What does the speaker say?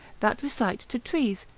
that recite to trees,